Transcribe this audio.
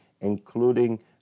Including